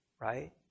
right